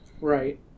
Right